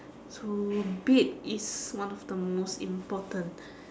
so bed is one of the most important